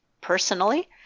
personally